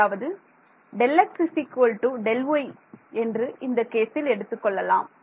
அதாவது Δx Δy என்று இந்த கேசில் எடுத்துக்கொள்ளலாம்